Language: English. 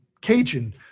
Cajun